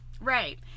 Right